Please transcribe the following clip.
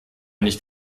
nicht